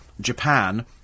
Japan